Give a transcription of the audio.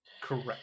Correct